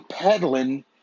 peddling